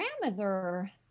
grandmother